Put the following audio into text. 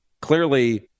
Clearly